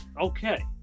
Okay